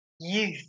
youth